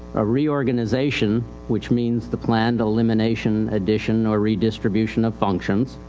a reorganization which means the plan to elimination, addition or redistribution of function.